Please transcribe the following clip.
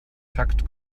takt